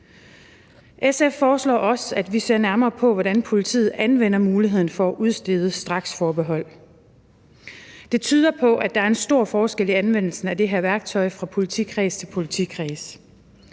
SF foreslår også, at vi ser nærmere på, hvordan politiet anvender muligheden for at udstede strakstilhold. Det tyder på, at der er en stor forskel i anvendelsen af det her værktøj fra politikreds til politikreds,